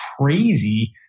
crazy